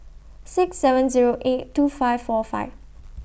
six seven Zero eight two five four five